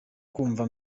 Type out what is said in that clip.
kumva